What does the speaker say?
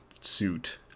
suit